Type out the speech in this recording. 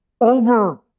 over